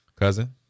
Cousin